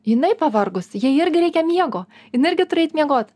jinai pavargus jai irgi reikia miego jinai irgi turi eit miegot